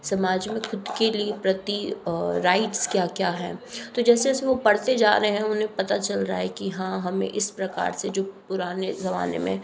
समाज में खुद के लिए प्रति राइट्स क्या क्या हैं तो जैसे जैसे वो पढ़ते जा रहे हैं उन्हें पता चल रहा है कि हाँ हमें इस प्रकार से जो पुराने ज़माने में